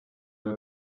were